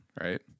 right